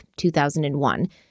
2001